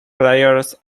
players